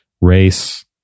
race